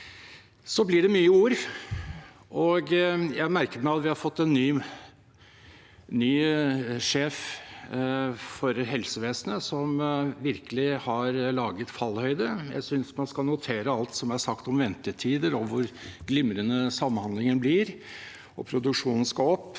Det blir mye ord, og jeg merket meg at vi har fått en ny sjef for helsevesenet som virkelig har laget fallhøyde. Jeg synes man skal notere alt som er sagt om ventetider, om hvor glimrende samhandlingen blir, og at produksjonen skal opp.